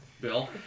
Bill